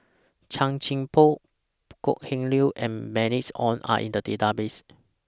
Chan Chin Bock Kok Heng Leun and Bernice Ong Are in The Database